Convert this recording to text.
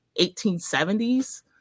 1870s